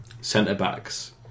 centre-backs